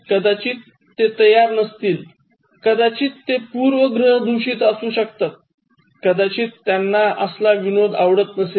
कदाचित ते तयार नसतील कदाचित ते पूर्वग्रहदूषित असू शकतात कदाचित त्यांना असला विनोद आवडत नसेल